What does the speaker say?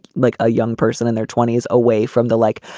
like a young person in their twenty s away from the like,